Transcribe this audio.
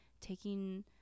taking